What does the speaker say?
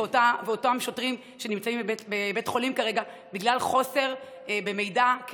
ואותם שוטרים נמצאים בבית חולים כרגע בגלל חוסר במידע,